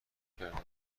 کرده